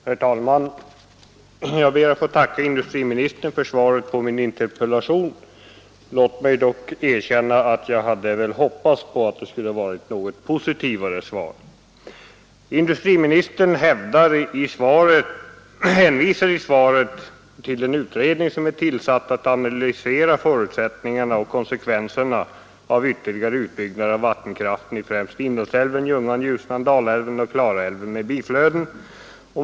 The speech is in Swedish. Herr talman! Jag ber att få tacka industriministern för svaret på min interpellation. Låt mig dock erkänna att jag hade hoppats att det skulle ha varit något positivare. Industriministern hänvisar i svaret till den utredning som är tillsatt för att analysera förutsättningarna för och konsekvenserna av ytterligare utbyggnader av vattenkraften i främst Indalsälven, Ljungan, Ljusnan, Dalälven och Klarälven med biflöden.